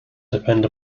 depend